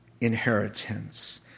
inheritance